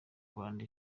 rwanda